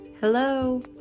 Hello